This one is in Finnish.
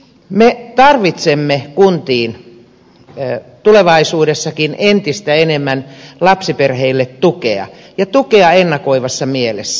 me tarvitsemme kuntiin tulevaisuudessakin entistä enemmän lapsiperheille tukea ja tukea ennakoivassa mielessä